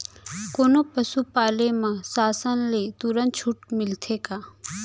कोनो पसु पाले म शासन ले तुरंत छूट मिलथे का?